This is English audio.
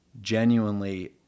genuinely